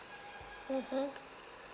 mmhmm